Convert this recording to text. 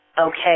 okay